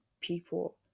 people